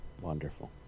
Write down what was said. Wonderful